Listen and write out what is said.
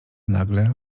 nagle